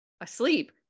asleep